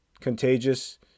Contagious